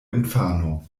infano